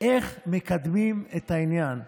איך מקדמים את העניין,